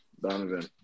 Donovan